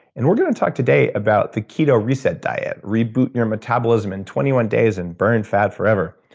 and we're going to talk today about the keto reset diet reboot your metabolism in twenty one days and burn fat forever.